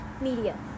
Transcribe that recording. media